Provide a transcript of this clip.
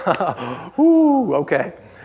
okay